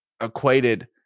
equated